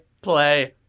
play